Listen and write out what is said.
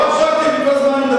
לא אפשרתם לי, אתם כל הזמן מדברים.